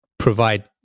provide